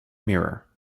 mirror